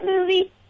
movie